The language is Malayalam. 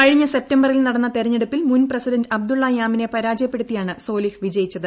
കഴിഞ്ഞ സെപ്റ്റംബറിൽ നടന്ന തെരഞ്ഞെടുപ്പിൽ മുൻ പ്രസിഡന്റ് അബ്ദുള്ള യാമിനെ പരാജയപ്പെടുത്തിയാണ് സോലിഹ് വിജയിച്ചത്